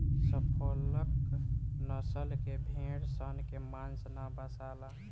Suffolk नसल के भेड़ सन के मांस ना बासाला